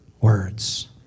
Words